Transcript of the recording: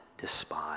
despise